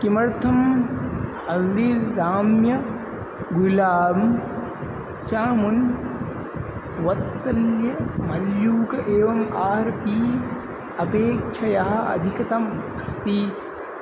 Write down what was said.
किमर्थं हल्दिराम् गुलाब् चामुन् वात्सल्यमल्यकं एवम् आर् पी अपेक्षया अधिकतमम् अस्ति